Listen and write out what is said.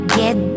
get